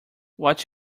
what